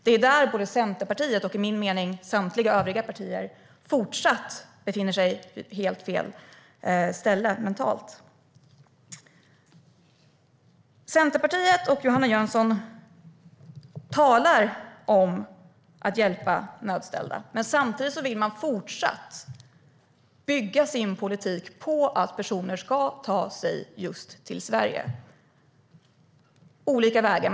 Det är där som Centerpartiet och enligt min mening samtliga övriga partier fortfarande befinner sig på helt fel ställe mentalt. Centerpartiet och Johanna Jönsson talar om att hjälpa nödställda, men samtidigt vill man fortsätta att bygga sin politik på att personer ska ta sig just till Sverige på olika vägar.